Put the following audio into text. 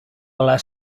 les